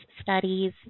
studies